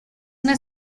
una